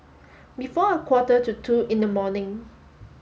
before a quarter to two in the morning